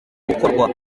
gukorwa